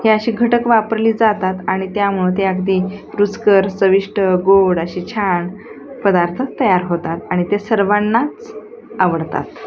ह्या असे घटक वापरली जातात आणि त्यामुळं ते अगदी रुचकर चविष्ट गोड अशी छान पदार्थ तयार होतात आणि ते सर्वांनाच आवडतात